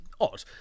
odd